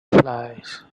flies